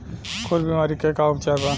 खुर बीमारी के का उपचार बा?